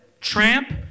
tramp